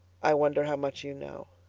i wonder how much you know,